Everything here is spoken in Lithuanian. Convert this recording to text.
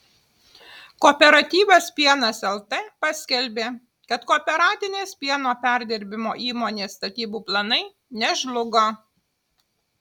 kooperatyvas pienas lt paskelbė kad kooperatinės pieno perdirbimo įmonės statybų planai nežlugo